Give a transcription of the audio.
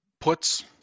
puts